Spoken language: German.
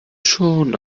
schon